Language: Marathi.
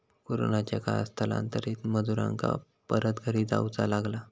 कोरोनाच्या काळात स्थलांतरित मजुरांका परत घरी जाऊचा लागला